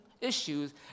issues